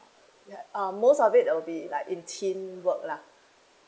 yeah uh most of it will be like in team work lah